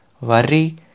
worry